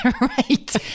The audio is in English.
Right